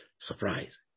surprise